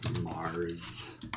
Mars